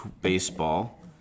baseball